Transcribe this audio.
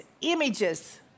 images